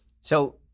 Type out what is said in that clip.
So-